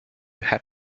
hat